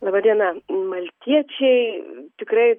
laba diena maltiečiai tikrai